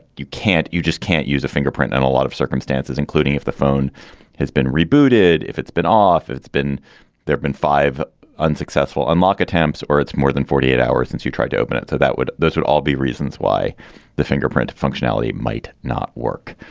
you can't you just can't use a fingerprint. and a lot of circumstances, including if the phone has been rebooted. if it's been off, it's been there've been five unsuccessful unlock attempts or it's more than forty eight hours since you tried to open it. so that would those would all be reasons why the fingerprint functionality might not work.